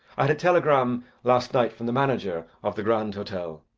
i had a telegram last night from the manager of the grand hotel.